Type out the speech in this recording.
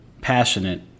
passionate